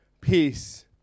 peace